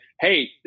hey